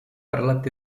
varlat